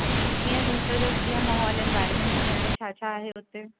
अच्छा त कीअं जो हुते जो कीअं माहौलु एनवायरमेंट कीअं आहे छा छा आहे हुते